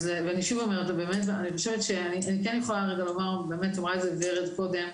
אני כן יכולה לומר, אמרה את זה ורד וינדמן קודם,